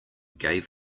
gave